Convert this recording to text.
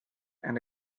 and